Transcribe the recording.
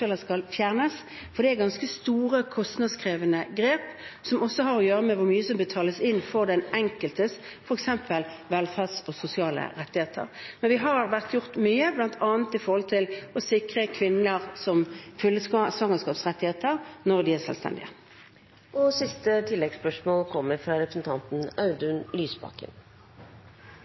skal fjernes, for det er ganske store, kostnadskrevende grep, som også har å gjøre med hvor mye som betales inn for den enkeltes velferd og sosiale rettigheter. Men det har vært gjort mye, bl.a. knyttet til å sikre kvinner fulle svangerskapsrettigheter når de er